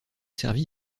servi